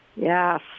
Yes